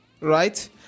Right